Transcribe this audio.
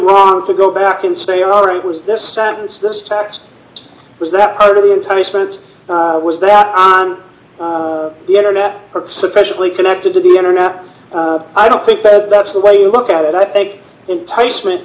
wrong to go back and say all right was this sentence this tax was that part of the enticement was that on the internet or sufficiently connected to the internet i don't think that's the way you look at it i think enticement